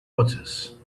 watches